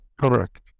Correct